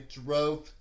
drove